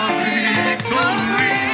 victory